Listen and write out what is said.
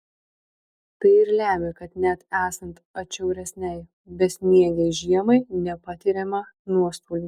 tai ir lemia kad net esant atšiauresnei besniegei žiemai nepatiriama nuostolių